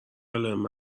علائم